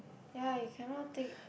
ya you cannot take